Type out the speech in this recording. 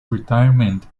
retirement